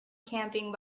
camping